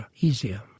easier